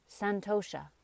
Santosha